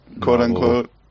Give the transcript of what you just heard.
quote-unquote